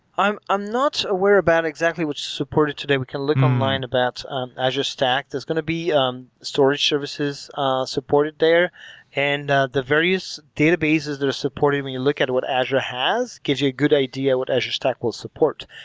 i'm i'm not aware about exactly which is supported today. we can look online about um azure stack. there's going to be um storage services supported supported their and the various databases that are supporting, when you look at what azure has, gives you a good idea what azure stack will support.